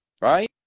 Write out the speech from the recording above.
Right